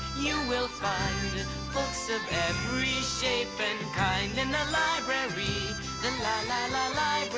you will find books of every shape and kind in the library la la la